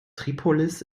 tripolis